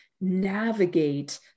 navigate